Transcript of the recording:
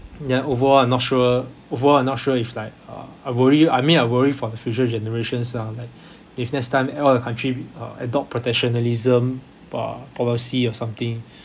ya overall I'm not sure overall I'm not sure if like uh I worry I mean I worry for the future generations lah like if next time all of the country uh adopt protectionism uh policy or something